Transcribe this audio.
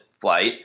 flight